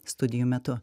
studijų metu